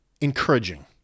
encouraging